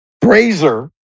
brazier